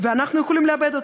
ואנחנו יכולים לאבד אותו,